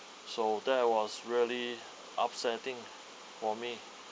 so that was really upsetting for me